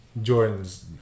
Jordans